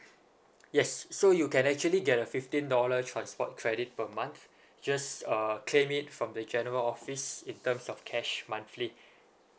yes so you can actually get a fifteen dollar transport credit per month just uh claim it from the general office in terms of cash monthly